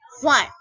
one